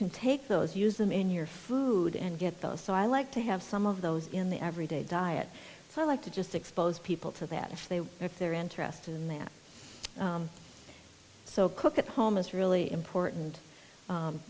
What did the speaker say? can take those use them in your food and get those so i like to have some of those in the every day diet so i like to just expose people to that if they if they're interested in that so cook at home is really important